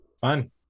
Fun